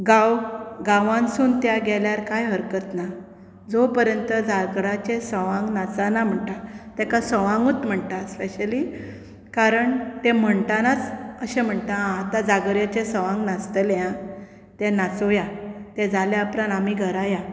गांव गांवांतसून गेल्यार कांय हरकत ना जो पर्यंत जागराचें सवंग नाचना म्हणटा ताका सवंगच म्हणटा स्पेशली कारण तें म्हणटानाच अशें म्हणटा आं आतां जागरचें सवंग नाचतलें आं तें नाचोवया तें जाले उपरांत आमी घरा या